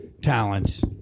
talents